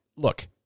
look